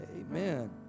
Amen